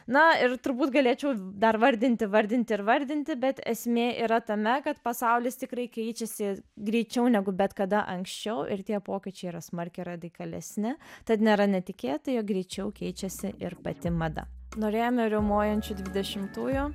na ir turbūt galėčiau dar vardinti vardinti ir vardinti bet esmė yra tame kad pasaulis tikrai keičiasi greičiau negu bet kada anksčiau ir tie pokyčiai yra smarkiai radikalesni tad nėra netikėta jog greičiau keičiasi ir pati mada norėjome riaumojančių dvidešimtųjų